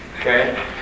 okay